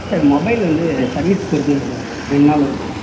sir mobile வந்து service கொடுத்துருந்தேன் sir ரெண்டு நாள் இருக்கும்